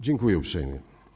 Dziękuję uprzejmie.